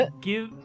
Give